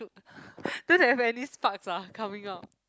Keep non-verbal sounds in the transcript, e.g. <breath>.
<breath> don't have any sparks ah coming out